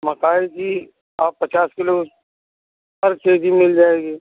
मकाई की आप पचास किलो पर के जी मिल जाएगी